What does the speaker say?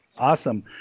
awesome